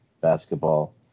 basketball